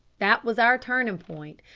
that was our turning point.